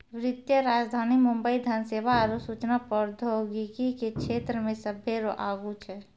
वित्तीय राजधानी मुंबई धन सेवा आरु सूचना प्रौद्योगिकी के क्षेत्रमे सभ्भे से आगू छै